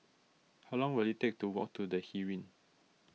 how long will it take to walk to the Heeren